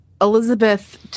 Elizabeth